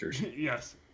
Yes